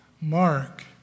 Mark